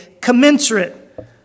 commensurate